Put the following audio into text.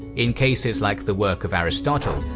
in cases like the work of aristotle,